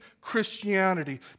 Christianity